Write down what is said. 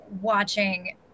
watching